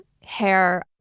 hair